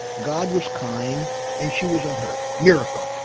god was kind and she was unhurt miracle.